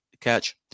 catch